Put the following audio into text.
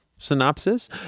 Synopsis